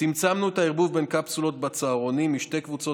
צמצמנו את הערבוב בין קפסולות בצהרונים משתי קבוצות